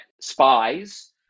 spies